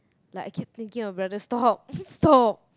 like I keep thinking of rather stop stop